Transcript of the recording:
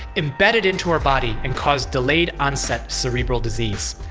embedded into her body and caused delayed onset cerebral disease.